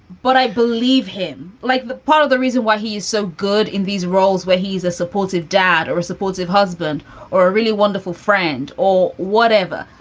but i believe him like the part of the reason why he is so good in these roles where he's a supportive dad or a supportive husband or a really wonderful friend or whatever.